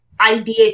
idea